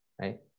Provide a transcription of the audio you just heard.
right